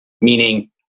meaning